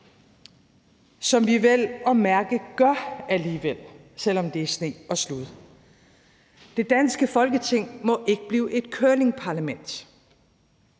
som vi vel at mærke gør alligevel, selv om det er sne og slud. Det danske Folketing må ikke blive et curlingparlament.